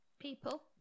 people